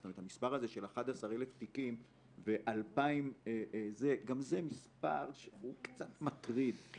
המספר הזה של 11,000 תיקים ו-2000 --- גם זה מספר שהוא קצת מטריד,